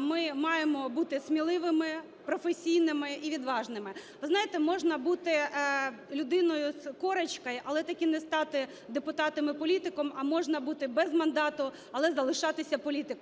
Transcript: ми маємо бути сміливими, професійними і відважними. Ви знаєте, можна бути людиною "с корочкой", але таки не стати депутатом і політиком, а можна бути без мандату, але залишатися політиком.